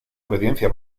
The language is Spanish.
obediencia